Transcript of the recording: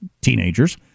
teenagers